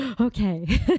okay